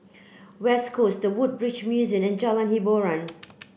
West Coast The Woodbridge Museum and Jalan Hiboran